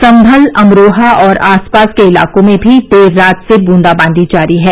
संभल अमरोहा और आसपास के इलाकों में भी देर रात से बूंदा बांदी जारी है